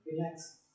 Relax